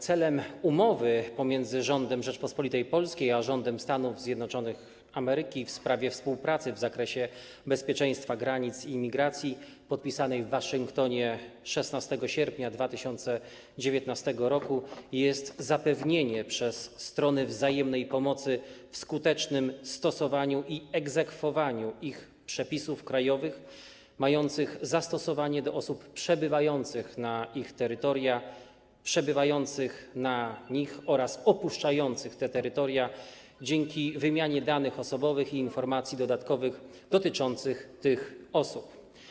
Celem umowy między rządem Rzeczypospolitej Polskiej a rządem Stanów Zjednoczonych Ameryki w sprawie współpracy w zakresie bezpieczeństwa granic i imigracji, podpisanej w Waszyngtonie dnia 16 sierpnia 2019 r., jest zapewnienie przez strony wzajemnej pomocy w skutecznym stosowaniu i egzekwowaniu ich przepisów krajowych mających zastosowanie do osób przybywających na ich terytoria, przebywających na nich oraz opuszczających te terytoria - dzięki wymianie danych osobowych i informacji dodatkowych dotyczących tych osób.